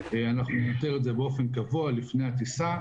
אנחנו ננטר את זה באופן קבוע לפני הטיסה,